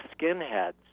skinheads